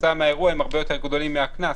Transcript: כתוצאה מהאירוע הרבה יותר גדולים מהקנס.